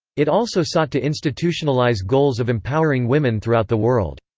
it also sought to institutionalize goals of empowering women throughout the world.